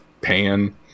pan